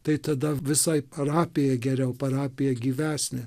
tai tada visai parapijai geriau parapija gyvesnė